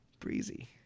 breezy